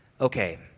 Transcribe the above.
Okay